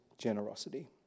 generosity